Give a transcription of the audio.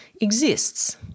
exists